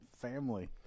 family